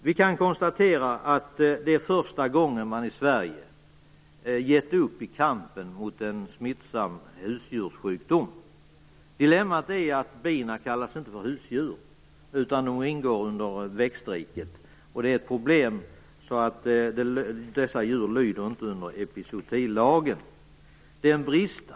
Vi kan konstatera att det är första gången man i Sverige givit upp i kampen mot en smittsam husdjurssjukdom. Dilemmat är att bina inte kallas för husdjur. De ingår i växtriket. Det är ett problem att dessa djur inte lyder under epizootilagen. Det är en brist.